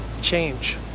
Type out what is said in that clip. change